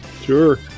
Sure